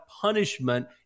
punishment